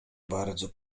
bardzo